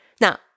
Now